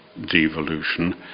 devolution